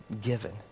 given